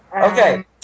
Okay